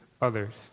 others